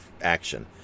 action